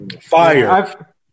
Fire